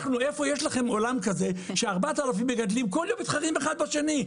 איפה יש לכם עולם כזה ש-4,000 מגדלים כל יום מתחרים אחד בשני,